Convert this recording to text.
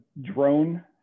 drone